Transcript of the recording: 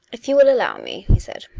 if you will allow me he said,